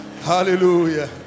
Hallelujah